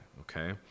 okay